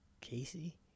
Casey